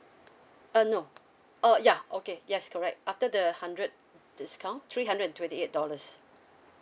uh no uh ya okay yes correct after the hundred discount three hundred and twenty eight dollars